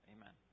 Amen